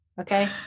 Okay